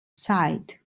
site